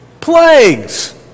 Plagues